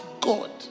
God